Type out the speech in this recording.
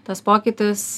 tas pokytis